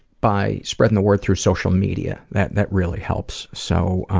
by spreading the word through social media. that that really helps, so,